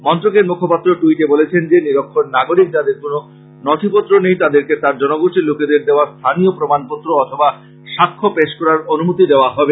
মন্ত্রকের মুখপাত্র টুইটে বলেছেন নিরক্ষর নাগরিক যাদের কাছে কোনো নথিপত্র নেই তাদেরকে তার জনগোষ্ঠীর লোকেদের দেওয়া স্থানীয় প্রমানপত্র অথবা সাক্ষ্য পেশ করার অনুমতি দেওয়া হবে